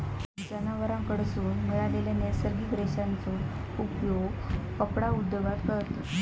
जनावरांकडसून मिळालेल्या नैसर्गिक रेशांचो उपयोग कपडा उद्योगात करतत